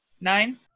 nine